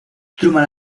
truman